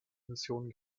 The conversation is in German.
mission